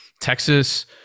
texas